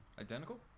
identical